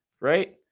right